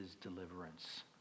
deliverance